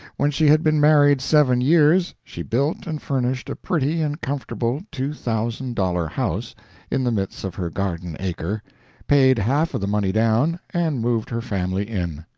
when she had been married seven years she built and furnished a pretty and comfortable two-thousand-dollar house in the midst of her garden-acre, paid half of the money down and moved her family in.